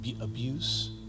abuse